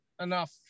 enough